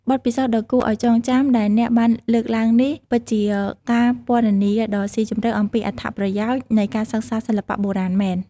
បទពិសោធន៍ដ៏គួរឱ្យចងចាំដែលអ្នកបានលើកឡើងនេះ ពិតជាការពិពណ៌នាដ៏ស៊ីជម្រៅអំពីអត្ថប្រយោជន៍នៃការសិក្សាសិល្បៈបុរាណមែន។